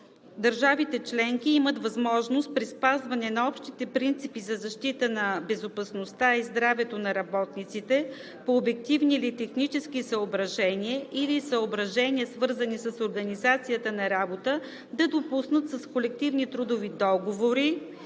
„Държавите членки имат възможност при спазване на общите принципи за защита на безопасността и здравето на работниците по обективни или технически съображения или съображения, свързани с организацията на работа, да допуснат с колективни трудови договори